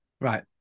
Right